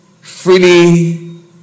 freely